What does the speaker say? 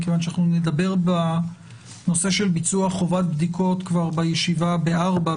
מכיוון שאנחנו נדבר בנושא של ביצוע חובת בדיקות כבר בישיבה בשעה ארבע,